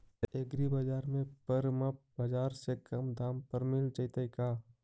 एग्रीबाजार में परमप बाजार से कम दाम पर मिल जैतै का?